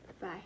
Bye